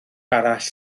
arall